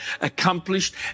accomplished